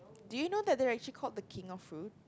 do you know that they're actually called the king of fruit